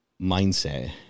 mindset